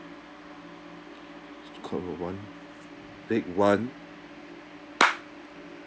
call one topic one